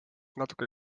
natuke